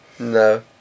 No